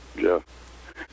Jeff